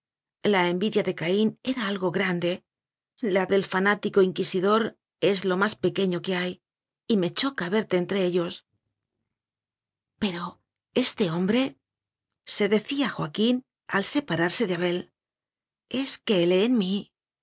la envidia de caín era algo grande la del fanático inquisidor es lo más pequeño que hay y me choca verte entre ellos pero este hombrese decía joaquín al separarse de abeles que lee en mí